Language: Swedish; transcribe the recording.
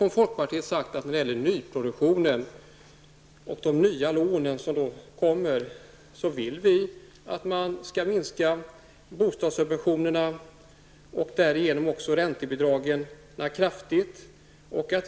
När det gäller nyproduktion och de nya lånen vill vi minska subventionerna och därigenom räntebidragen kraftigt.